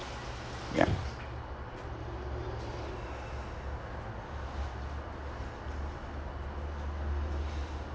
yup